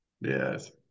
Yes